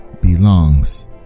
belongs